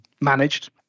managed